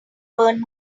burned